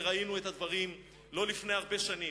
וראינו את הדברים לא לפני הרבה שנים.